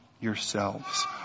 yourselves